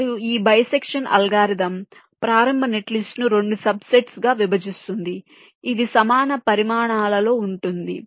మరియు ఈ bisection algorithm ప్రారంభ నెట్లిస్ట్నును 2 సబ్ సెట్స్ గా విభజిస్తుంది ఇది సమాన పరిమాణాలలో ఉంటుంది